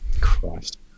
Christ